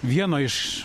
vieno iš